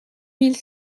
mille